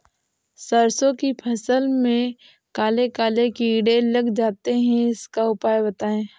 सरसो की फसल में काले काले कीड़े लग जाते इसका उपाय बताएं?